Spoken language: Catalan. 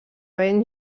ben